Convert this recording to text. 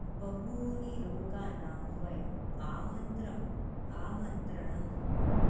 बहूनां रोगाणां वयम् आमन्त्रणम् आमन्त्रणं